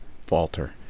falter